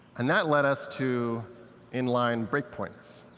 and that led us to in-line breakpoints.